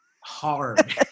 hard